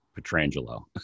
Petrangelo